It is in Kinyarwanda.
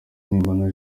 nimbona